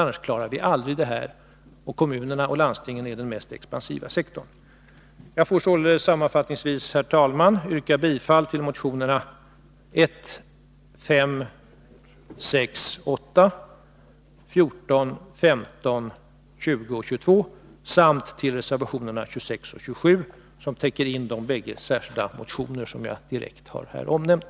Annars blir det aldrig möjligt att klara uppgiften. Landstingen och kommunerna är ju den mest expansiva sektorn. Jag yrkar sammanfattningsvis, herr talman, bifall till reservationerna 1, 5, 6, 8, 14, 15, 20 och 22 samt till reservationerna 26 och 27, som avser de bägge motioner som jag här tidigare har omnämnt.